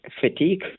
fatigue